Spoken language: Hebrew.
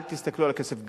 אל תסתכלו על הכסף.